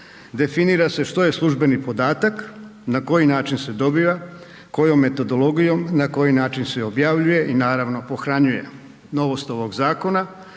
definira se što je službeni podatak, na koji način se dobiva, kojom metodologijom, na koji način se objavljuje i naravno pohranjuje. Novost ovog zakona